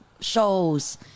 shows